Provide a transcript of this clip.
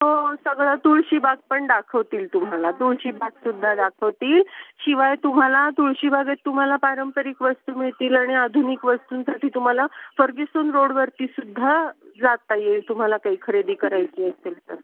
हो सगळं तुळशीबाग पण दाखवतील तुम्हाला तुळशीबाग सुद्धा दाखवतील शिवाय तुम्हाला तुळशीबागेत तुम्हाला पारंपरिक वस्तू मिळतील आणि आधुनिक वस्तूंसाठी तुम्हाला फर्ग्यूसन रोडवरती सुद्धा जाता येईल तुम्हाला काही खरेदी करायची असेल तर